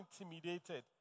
intimidated